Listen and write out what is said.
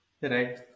Right